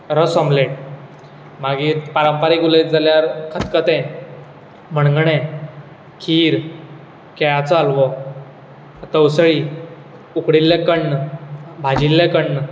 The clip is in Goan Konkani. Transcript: रोस आमलेट मागीर पारंपारीक उलयत जाल्यार खतखतें मणगणें खीर केळ्याचो हालवो तवसळी उकडिल्लें कण्ण भाजिल्लें कण्ण